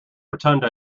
rotunda